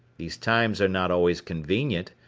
these times are not always convenient,